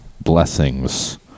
blessings